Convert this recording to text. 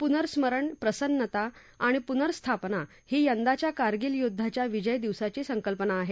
पुनर्स्मरण प्रसन्नता आणि पुर्नस्थापना ही यंदाच्या कारगिल युद्धा विजय दिवसाची संकल्पना आहे